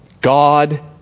God